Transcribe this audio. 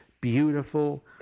beautiful